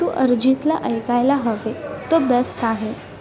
तू अरिजितला ऐकायला हवे तो बेस्ट आहे